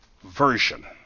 version